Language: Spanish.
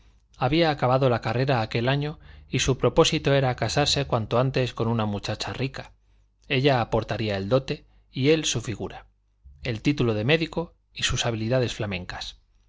había acabado la carrera aquel año y su propósito era casarse cuanto antes con una muchacha rica ella aportaría el dote y él su figura el título de médico y sus habilidades flamencas